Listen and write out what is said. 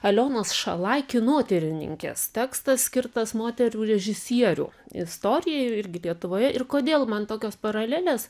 alionos šalaj kinotyrininkės tekstas skirtas moterų režisierių istorijai irgi lietuvoje ir kodėl man tokios paralelės